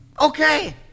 Okay